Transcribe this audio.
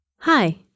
Hi